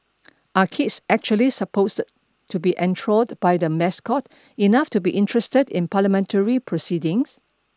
are kids actually supposed to be enthralled by the mascot enough to be interested in parliamentary proceedings